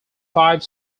five